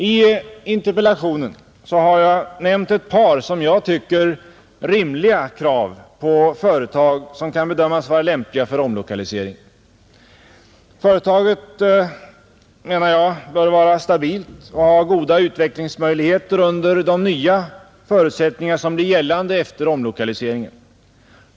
I interpellationen har jag nämnt ett par som jag tycker rimliga krav på företag som kan bedömas vara lämpliga för omlokalisering. Företaget bör vara stabilt och ha goda utvecklingsmöjligheter under de nya förutsättningar som blir gällande efter omlokaliseringen.